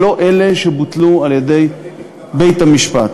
ולא אלה שבוטלו על-ידי בית-המשפט.